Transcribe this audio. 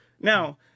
Now